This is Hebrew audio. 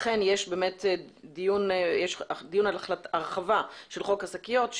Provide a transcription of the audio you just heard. לכן יש באמת דיון על הרחבה של חוק השקיות,